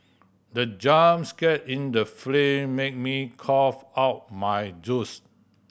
the jump scare in the film made me cough out my juice